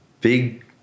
big